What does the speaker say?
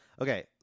Okay